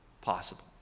possible